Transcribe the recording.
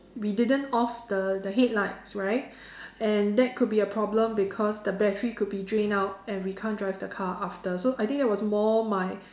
we didn't off the the headlights right and that could be a problem because the battery could be drained out and we can't drive the car after so I think that was more my